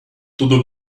tudo